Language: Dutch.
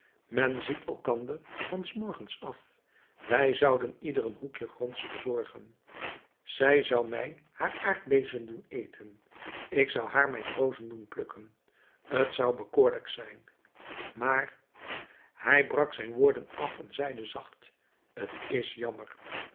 men ziet elkander van s morgens af wij zouden ieder een hoekje gronds verzorgen zij zou mij haar aardbeziën doen eten ik zou haar mijn rozen doen plukken t zou bekoorlijk zijn maar hij brak zijn woorden af en zeide zacht t is jammer